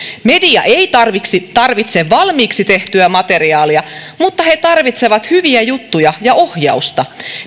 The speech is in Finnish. media ei tarvitse valmiiksi tehtyä materiaalia mutta he tarvitsevat hyviä juttuja ja ohjausta